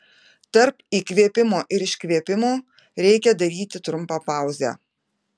tarp įkvėpimo ir iškvėpimo reikia daryti trumpą pauzę